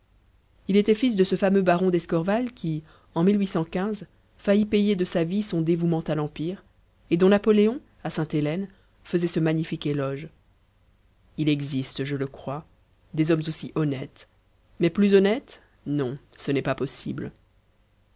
il était fils de ce fameux baron d'escorval qui en faillit payer de sa vie son dévouement à l'empire et dont napoléon à sainte-hélène faisait ce magnifique éloge il existe je le crois des hommes aussi honnêtes mais plus honnêtes non ce n'est pas possible